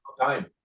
time